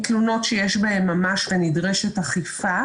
תלונות שיש בהן ממש ונדרשת אכיפה,